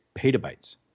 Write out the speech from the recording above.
petabytes